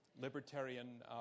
Libertarian